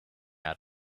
out